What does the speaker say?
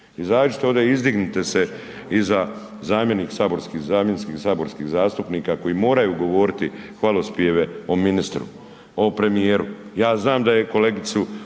izađite ovdje, izdignite se iza zamjenskih saborskih zastupnika koji moraju govoriti hvalospjeve o ministru, o premijeru,